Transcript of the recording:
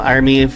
Army